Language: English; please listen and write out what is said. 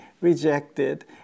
rejected